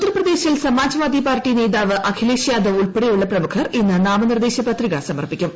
ഉത്തർപ്രദേശിൽ Samajwadi party നേതാവ് അഖിലേഷ് യാദവ് ഉൾപ്പെടെയുള്ള പ്രമുഖർ ഇന്ന് നാമനിർദ്ദേശ പത്രിക സമർപ്പിക്കും